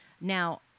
Now